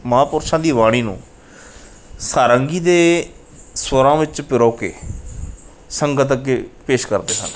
ਮਹਾਪੁਰਸ਼ਾਂ ਦੀ ਬਾਣੀ ਨੂੰ ਸਾਰੰਗੀ ਦੇ ਸੁਰਾਂ ਵਿੱਚ ਪਰੋ ਕੇ ਸੰਗਤ ਅੱਗੇ ਪੇਸ਼ ਕਰਦੇ ਹਨ